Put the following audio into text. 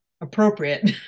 appropriate